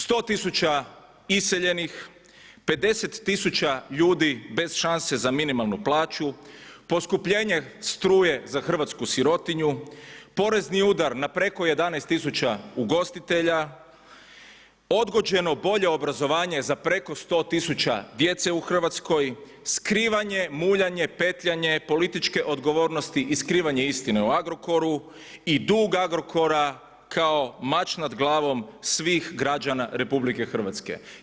100 tisuća iseljenih, 50000 ljudi bez šanse za minimalnu plaću, poskupljenje struje za hrvatsku sirotinju, porezni udar na preko 11000 ugostitelja, odgođeno bolje obrazovanje za preko 100 tisuća djece u Hrvatskoj, skrivanje, muljanje, petljanje političke odgovornosti i skrivanje istine o Agrokoru i dug Agrokora kao mač nad glavom svih građana Republike Hrvatske.